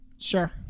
sure